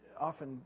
often